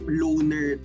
loner